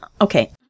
okay